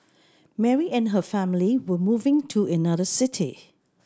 Mary and her family were moving to another city